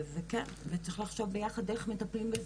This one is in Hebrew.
צריך לחשוב ביחד איך מטפלים בזה.